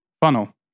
funnel